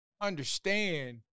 understand